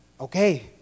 okay